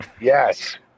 Yes